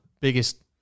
biggest